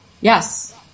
Yes